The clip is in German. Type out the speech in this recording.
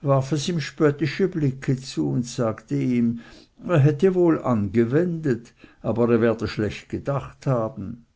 da warf es ihm spöttische blicke zu und sagte ihm er hätte wohl angewendet aber er werde gedacht haben